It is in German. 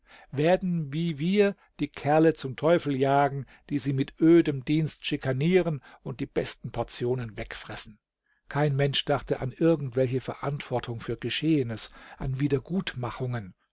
werden wie wir die kerle zum teufel jagen die sie mit ödem dienst schikanieren und die besten portionen wegfressen kein mensch dachte an irgendwelche verantwortung für geschehenes an wiedergutmachungen